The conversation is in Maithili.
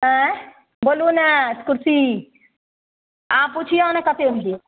आँइ बोलू ने कुर्सी अहाँ पुछियौ ने कतेमे देत